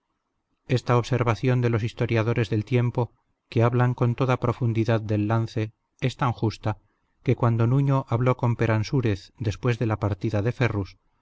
esta observación de los historiadores del tiempo que hablan con toda profundidad del lance es tan justa que cuando nuño habló con peransúrez después de la partida de ferrus